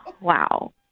Wow